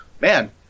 man